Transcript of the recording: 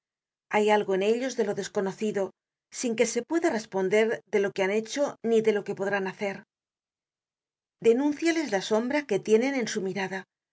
hay algo en ellos de lo desconocido sin que se pueda responder de lo que han hecho ni de lo que podrán hacer denunciales la sombra que tienen en su mirada